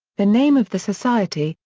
the name of the society,